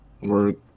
Work